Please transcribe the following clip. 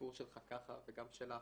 הסיפור שלך ככה, וגם שלך.